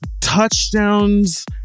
touchdowns